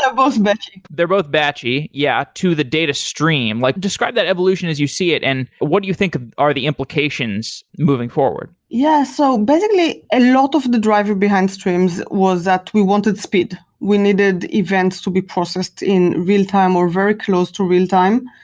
both batchy they're both batchy, yeah, to the data stream. like describe that evolution as you see it and what do you think are the implications moving forward. yeah. so basically a lot of driver behind streams was that we wanted speed. we needed events to be processed in real-time or very close to real-time,